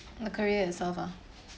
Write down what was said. the courier itself ah